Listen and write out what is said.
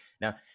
Now